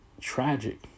tragic